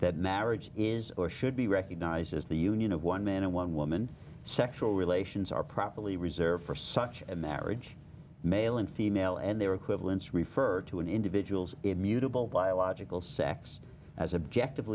that marriage is or should be recognized as the union of one man and one woman sexual relations are properly reserved for such a marriage male and female and their equivalents refer to an individual's immutable biological sex as objective